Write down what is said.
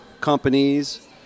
companies